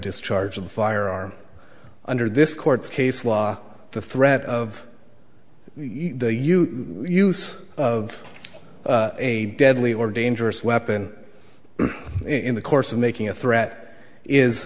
discharge of a firearm under this court's case law the threat of the you use of a deadly or dangerous weapon in the course of making a threat is